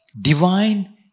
Divine